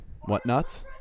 whatnot